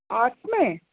arts में